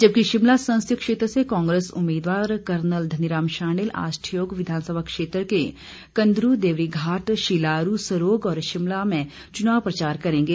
जबकि शिमला संसदीय क्षेत्र से कांग्रेस उम्मीदवार कर्नल धनीराम शांडिल आज ठियोग विधानसभा क्षेत्र के कंदरू देवरीघाट शिलारू सड़ोग और शिमला में चुनाव प्रचार करेंगे